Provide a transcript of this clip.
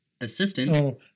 assistant